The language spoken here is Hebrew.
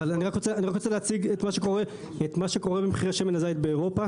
אבל אני רק רוצה להציג את מה שקורה במחירי שמן הזית באירופה.